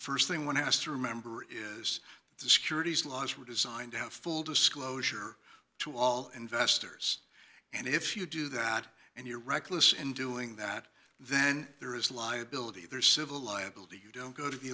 scienter st thing one has to remember is the securities laws were designed to have full disclosure to all investors and if you do that and you're reckless in doing that then there is liability there is civil liability you don't go to the